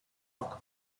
bulk